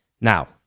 Now